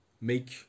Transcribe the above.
make